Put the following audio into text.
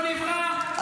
לא נברא,